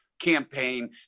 campaign